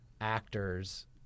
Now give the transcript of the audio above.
actors